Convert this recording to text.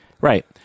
Right